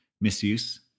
misuse